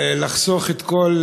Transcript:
לחסוך את כל